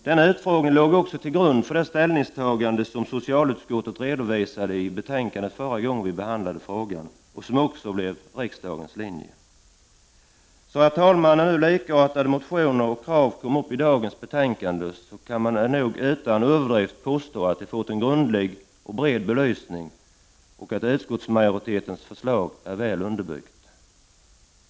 Denna utfrågning låg också till grund för det ställningstagande som socialutskottet redovisade i betänkandet vid den förra behandlingen av frågan, ett ställningstagande som också blev riksdagens linje. Herr talman! När nu likartade motioner och krav behandlas i dagens betänkande, man kan nog utan överdrift påstå att de fått en grundlig och bred belysning och att utskottsmajoritetens förslag är väl underbyggt.